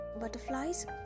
butterflies